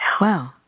wow